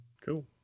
Cool